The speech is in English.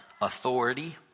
authority